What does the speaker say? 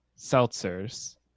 seltzers